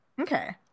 okay